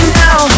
now